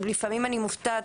לפעמים אני מופתעת,